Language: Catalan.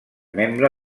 membre